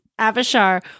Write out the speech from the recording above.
Avishar